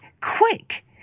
quick